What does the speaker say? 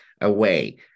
away